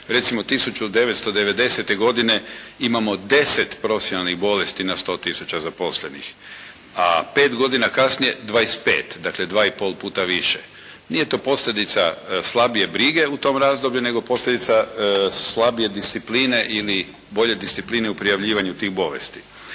Recimo 1990. godine imamo deset profesionalnih bolesti na 100 tisuća zaposlenih. A pet godina kasnije 25. Dakle, dva i pol puta više. Nije to posljedica slabije brige u tom razdoblju nego posljedica slabije discipline ili bolje discipline u prijavljivanju tih bolesti.